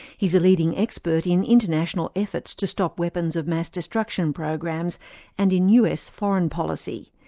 he is a leading expert in international efforts to stop weapons of mass destruction programs and in us foreign policy.